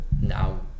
now